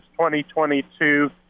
2022